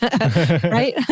right